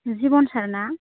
जिबन सार ना